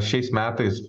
šiais metais